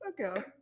okay